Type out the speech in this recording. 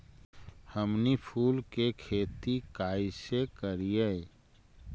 हमनी फूल के खेती काएसे करियय?